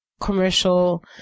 commercial